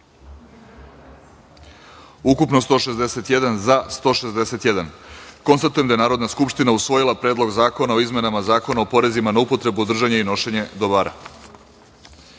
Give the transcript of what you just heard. poslanika. Konstatujem da je Narodna skupština usvojila Predlog zakona o izmenama Zakona o porezima na upotrebu, držanje i nošenje dobara. Šesta